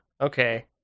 Okay